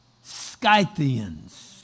Scythians